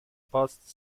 past